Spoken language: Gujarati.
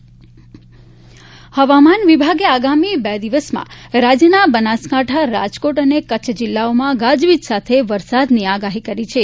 હવામાન હવામાન વિભાગે આગામી બે દિવસમાં રાજ્યના બનાસકાંઠા રાજકોટ અને કચ્છ જિલ્લાઓમાં ગાજવીજ સાથે વરસાદની આગાહી કરી છે